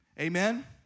Amen